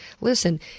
Listen